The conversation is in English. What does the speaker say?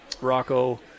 Rocco